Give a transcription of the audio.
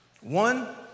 One